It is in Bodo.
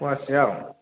फ'यासेआव